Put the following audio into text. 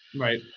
right.